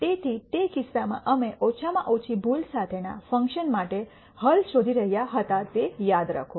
તેથી તે કિસ્સામાં અમે ઓછામાં ઓછી ભૂલ સાથેના ફંક્શન માટે હલ શોધી રહ્યા હતા તે યાદ રાખો